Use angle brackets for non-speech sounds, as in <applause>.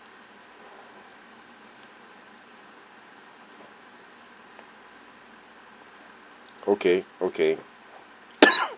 okay okay <coughs>